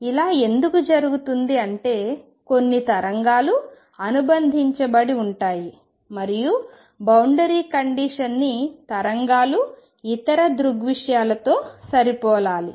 ఇలా ఎందుకు జరుగుతుంది అంటే కొన్ని తరంగాలు అనుబంధించబడి ఉంటాయి మరియు బౌండరి కండిషన్ ని తరంగాలు ఇతర దృగ్విషయాలతో సరిపోలాలి